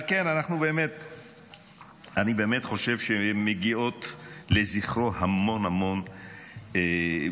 על כן אני באמת חושב שמגיע לזכרו המון המון כבוד.